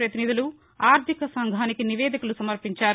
పతినిధులు ఆర్దికసంఘానికి నివేదికలు సమర్పించారు